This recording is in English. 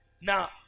Now